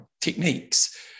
techniques